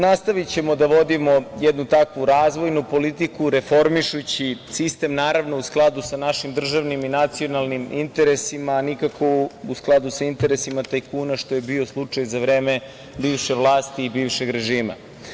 Nastavićemo da vodimo jednu takvu razvojnu politiku, reformišući sistem naravno u skladu sa našim državnim i nacionalnim interesima, nikako u skladu sa interesima tajkuna, što je bio slučaj za vreme bivše vlasti i bivšeg režima.